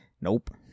Nope